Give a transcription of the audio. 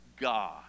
God